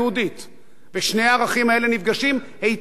ושני הערכים האלה נפגשים היטב במקום הזה.